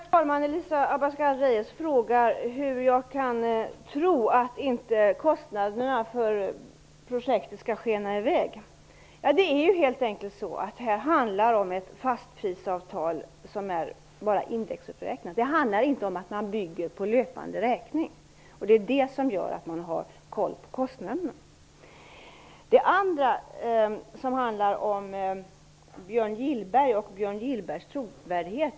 Herr talman! Elisa Abascal Reyes frågar hur jag kan tro att kostnaderna för projektet inte skall skena i väg. Det är helt enkelt så att det här handlar om ett fastprisavtal, som bara är indexuppräknat. Det handlar inte om att man bygger på löpande räkning. Det är det som gör att man har kontroll på kostnaderna. Det handlar vidare om Björn Gillberg och hans trovärdighet.